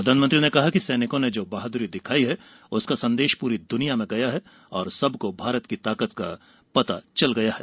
प्रधानमंत्री ने कहा कि सैनिकों ने जो बहादुरी दिखाई है उसका संदेश पूरी दुनिया से गया है और सबको भारत की ताकत का पता चल गया है